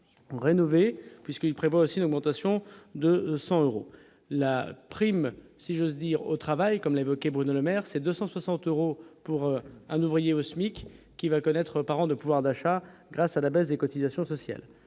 puisqu'il prévoit aussi une augmentation de 100 euros la prime si j'ose dire, au travail, comme l'évoquait, Bruno Le Maire, c'est 260 euros pour un ouvrier au SMIC, qui va connaître par an, de pouvoir d'achat grâce à la baisse des cotisations sociales